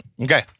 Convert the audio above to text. Okay